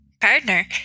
Partner